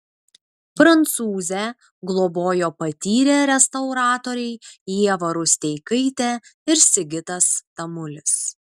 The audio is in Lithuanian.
prancūzę globojo patyrę restauratoriai ieva rusteikaitė ir sigitas tamulis